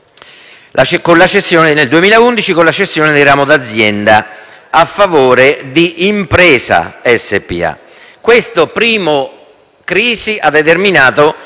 del 2011, con la cessione del ramo d'azienda a favore di Impresa SpA.